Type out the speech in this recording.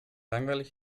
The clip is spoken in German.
langweilig